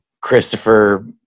Christopher